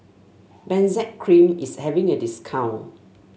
Benzac Cream is having a discount